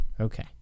Okay